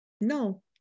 No